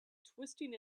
twisting